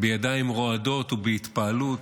בידיים רועדות ובהתפעלות,